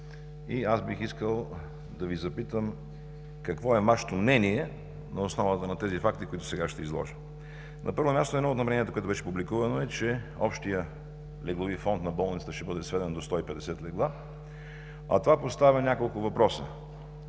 факта. Бих искал да Ви запитам: какво е Вашето мнение на основата на тези факти, които сега ще изложа? На първо място, едно от намеренията, което беше публикувано е, че общият леглови фонд на болницата ще бъде сведен до 150 легла, а това поставя няколко въпроса.